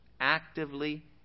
actively